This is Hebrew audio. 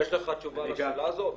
יש לך תשובה לשאלה הזו?